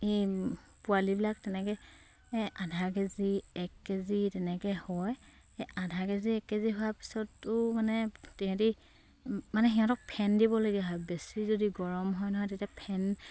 এই পোৱালিবিলাক তেনেকে আধা কেজি এক কেজি তেনেকে হয় সেই আধা কেজি এক কেজি হোৱাৰ পিছতো মানে তেহেঁতি মানে সিহঁতক ফেন দিবলগীয়া হয় বেছি যদি গৰম হয় নহয় তেতিয়া ফেন